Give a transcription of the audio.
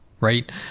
right